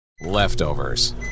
leftovers